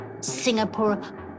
Singapore